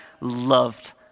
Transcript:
loved